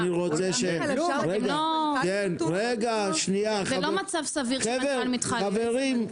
זה לא מצב סביר שמנכ"לים מתחלפים.